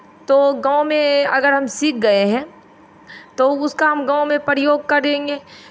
तो गाँव में अगर हम सीख गए हैं तो उसका हम गाँव में प्रयोग करेंगे